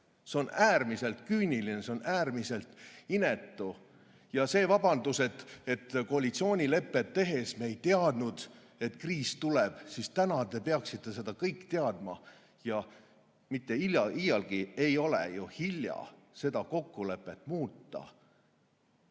See on äärmiselt küüniline, see on äärmiselt inetu. Ja see vabandus, et koalitsioonilepet tehes me ei teadnud, et kriis tuleb – täna te peaksite seda kõik teadma ja iialgi ei ole ju hilja seda kokkulepet muuta.